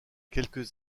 quelques